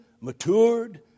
matured